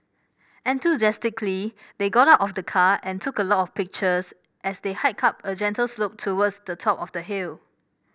enthusiastically they got out of the car and took a lot of pictures as they hiked up a gentle slope towards the top of the hill